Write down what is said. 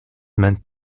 meant